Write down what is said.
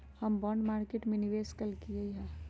हम bond market में निवेश कलियइ ह